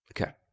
Okay